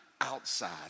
Outside